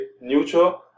neutral